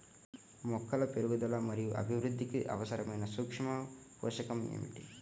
మొక్కల పెరుగుదల మరియు అభివృద్ధికి అవసరమైన సూక్ష్మ పోషకం ఏమిటి?